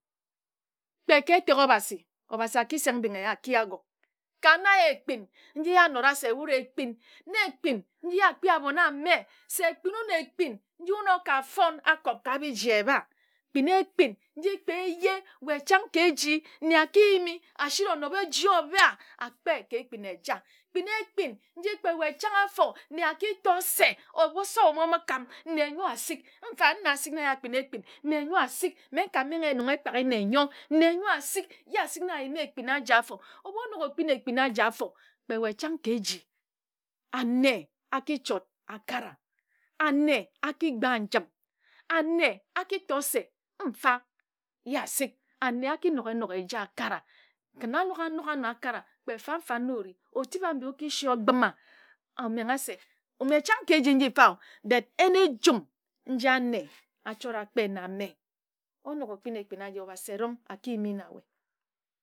Kpe ke etek obasi obasi aki seng mbing eya aki agor ka na ekpin nji ye anora se de ekpin nne ekpin nji ye akpi abon ame se kpin ekpin nji wun okafon akob ka biji eba kpin ekpin nji kpe eje wae chang ke eji nne aki jimi asiri onobe eji oba akpe ke ekpin eja kpin ekpin nji kpe wae chank afor nne akitor se ebu se oyum omokam nne nyor asik mfa anor asik na ye akpin ekpin nne nyor asik nkamenghe enong ekpake nne nyor nne nyor asik ye asik na ayime ekpin anyi afor onok okpin ekpin aji afor kpe wae chang akitor se mfa ye asik ame akinok enok eja aka a kin anok enok aji akara kpe fan nor ore otip okisi ogbima omengha se wae chang ke eji nji mfa o yin ejum nji anne achord akpe na mme onok okpin ekpin aji obasi erong akijimi na wae